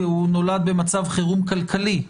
כי הוא נולד במצב חירום כלכלי,